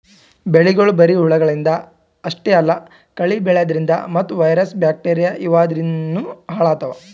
ಬೆಳಿಗೊಳ್ ಬರಿ ಹುಳಗಳಿಂದ್ ಅಷ್ಟೇ ಅಲ್ಲಾ ಕಳಿ ಬೆಳ್ಯಾದ್ರಿನ್ದ ಮತ್ತ್ ವೈರಸ್ ಬ್ಯಾಕ್ಟೀರಿಯಾ ಇವಾದ್ರಿನ್ದನೂ ಹಾಳಾತವ್